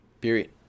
Period